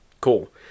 Cool